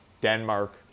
Denmark